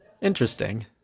Interesting